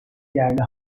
yerli